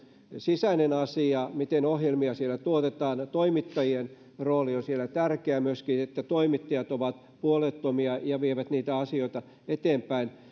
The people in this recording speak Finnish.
sisäinen asia miten ohjelmia siellä tuotetaan toimittajien rooli on siellä tärkeä myöskin ja se että toimittajat ovat puolueettomia ja vievät niitä asioita eteenpäin